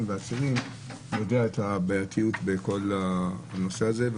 ועצירים יודע את הבעייתיות בנושא הזה.